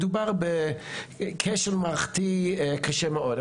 מדובר בכשל מערכתי קשה מאוד.